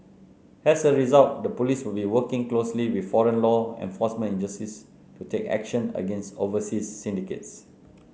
as a result the police will be working closely with foreign law enforcement agencies to take action against overseas syndicates